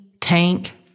Tank